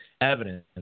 evidence